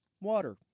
water